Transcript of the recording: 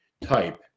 type